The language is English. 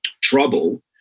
trouble